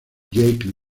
jackie